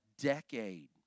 decade